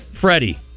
Freddie